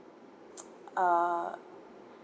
uh